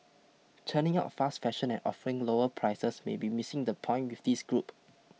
churning out fast fashion and offering lower prices may be missing the point with this group